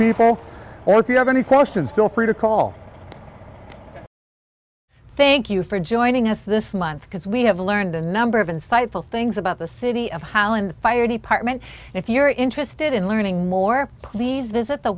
people or if you have any questions feel free to call thank you for joining us this month because we have learned a number of insightful things about the city of holland fire department if you're interested in learning more please visit the